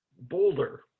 boulder